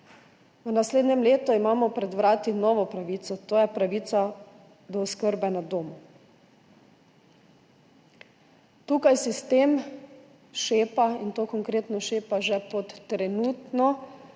V naslednjem letu imamo pred vrati novo pravico, to je pravica do oskrbe na domu. Tukaj sistem šepa in to konkretno šepa že pod trenutnim